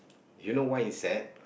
you know why he sad